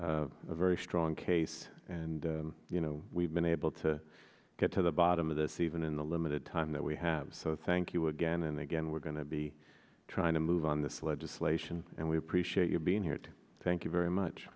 a very strong case and you know we've been able to get to the bottom of this even in the limited time that we have so thank you again and again we're going to be trying to move on this legislation and we appreciate your being here to thank you very much